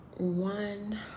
One